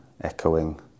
echoing